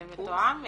זה מתואם ליליאן,